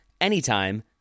anytime